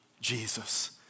Jesus